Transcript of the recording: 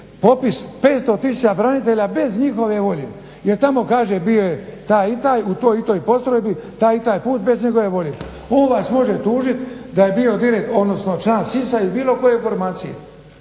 popis 500 tisuća branitelja bez njihove volje. Jer tamo kaže taj i taj u toj i toj postrojbi, taj i taj put bez njegove volje. On vas može tužiti da je bio član … ili bilo koje formacije.